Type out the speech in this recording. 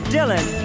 Dylan